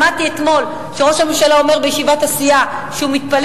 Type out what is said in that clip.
שמעתי אתמול שראש הממשלה אומר בישיבת הסיעה שהוא מתפלא